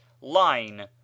Line